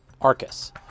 Arcus